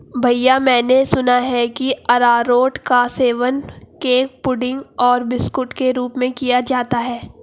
भैया मैंने सुना है कि अरारोट का सेवन केक पुडिंग और बिस्कुट के रूप में किया जाता है